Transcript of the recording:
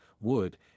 wood